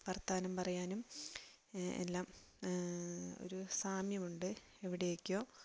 വർത്തമാനം പറയാനും എല്ലാം ഒരു സാമ്യമുണ്ട് എവിടെയൊക്കെയോ